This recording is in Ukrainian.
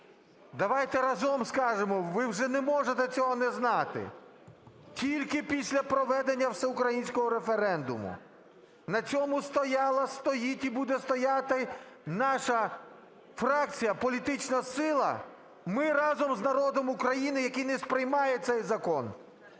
Давайте разом скажемо, ви вже не можете цього не знати – тільки після проведення всеукраїнського референдуму. На цьому стояла, стоїть і буде стояти наша фракція, політична сила. Ми разом з народом України, який не сприймає цей закон.